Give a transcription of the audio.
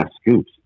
scoops